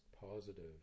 positive